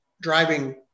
driving